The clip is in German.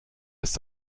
ist